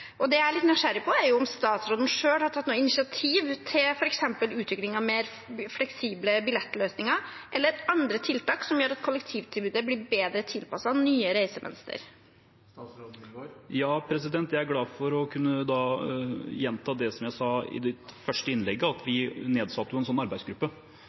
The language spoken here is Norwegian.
Det jeg er litt nysgjerrig på, er om statsråden selv har tatt noe initiativ til f.eks. utvikling av mer fleksible billettløsninger eller andre tiltak som gjør at kollektivtilbudet blir bedre tilpasset nye reisemønstre. Jeg er glad for å kunne gjenta det jeg sa i mitt første svar, at vi har nedsatt en arbeidsgruppe